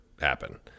happen